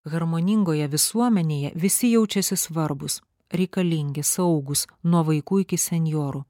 harmoningoje visuomenėje visi jaučiasi svarbūs reikalingi saugūs nuo vaikų iki senjorų